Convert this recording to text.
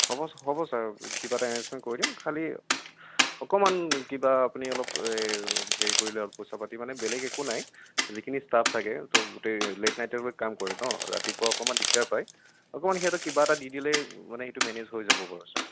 হ'ব হ'ব ছাৰ কিবা এটা এৰেঞ্জমেণ্ট কৰি দিম খালি অকমান কিবা আপুনি অলপ এই হেৰি কৰিলে হ'ল পইছা পাতি মানে বেলেগ একো নাই যিখিনি ষ্টাফ থাকেতো গোটেই লেট নাইটৰ কাম কৰে ন ৰাতিপুৱা অকণমান দিগদাৰ পায় অকণমান সিহঁতক কিবা এটা দি দিলে মানে সেইটো মেনেজ হৈ যাব বাৰু ছাৰ